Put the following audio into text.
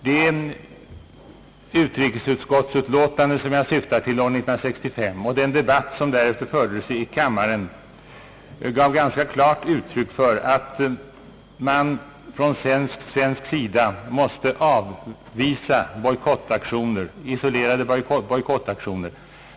Det utrikesutskottsutlåtande från år 1965 som jag syftade på och den debatt som med anledning av detta fördes i kammaren gav ganska klara belägg för att Sverige måste avvisa isolerade bojkottaktioner.